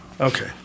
Okay